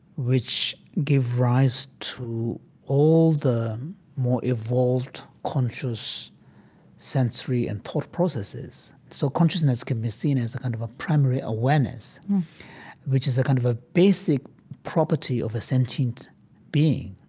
which give rise to all the more evolved conscious sensory and thought processes, so consciousness can be seen as a kind of primary awareness which is a kind of ah basic property of a sentient being.